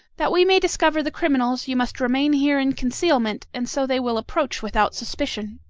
that we may discover the criminals, you must remain here in concealment, and so they will approach without suspicion.